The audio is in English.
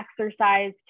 exercise